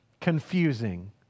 confusing